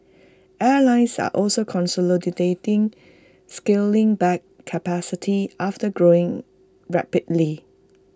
airlines are also consolidating scaling back capacity after growing rapidly